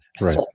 Right